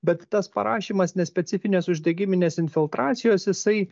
bet tas parašymas nespecifinės uždegiminės infiltracijos jisai